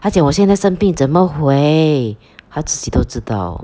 他讲我现在生病怎么回他自己都知道